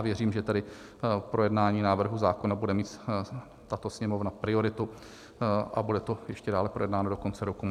Věřím, že tedy v projednání návrhu zákona bude mít tato Sněmovna prioritu a bude to ještě dále projednáno do konce roku.